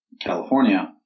California